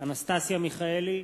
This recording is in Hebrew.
אנסטסיה מיכאלי,